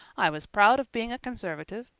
i was proud of being a conservative.